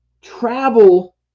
travel